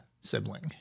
sibling